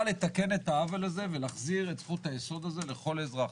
לתקן את העוול הזה ולהחזיר את זכות היסוד הזאת לכל אזרח.